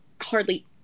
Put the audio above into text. hardly